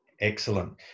Excellent